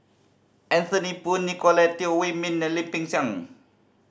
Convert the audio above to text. Anthony Poon Nicolette Teo Wei Min and Lim Peng Siang